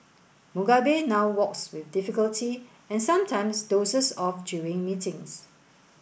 Mugabe now walks with difficulty and sometimes dozes off during meetings